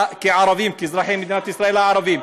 כערבים, כאזרחי מדינת ישראל הערבים.